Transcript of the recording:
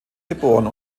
geboren